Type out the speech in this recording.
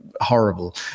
horrible